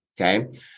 okay